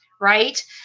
Right